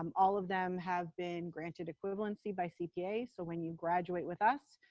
um all of them have been granted equivalency by cpa. so when you graduate with us,